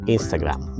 Instagram